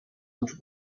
und